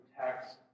text